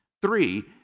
three.